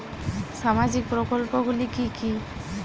সামাজিক প্রকল্প গুলি কি কি?